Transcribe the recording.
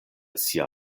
sia